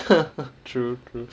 true true